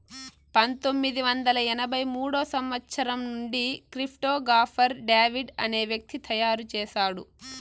పంతొమ్మిది వందల ఎనభై మూడో సంవచ్చరం నుండి క్రిప్టో గాఫర్ డేవిడ్ అనే వ్యక్తి తయారు చేసాడు